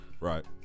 Right